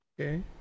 Okay